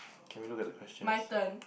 can we look at the questions